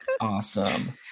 awesome